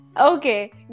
Okay